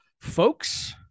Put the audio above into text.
folks